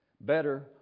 Better